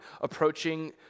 approaching